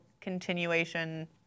continuation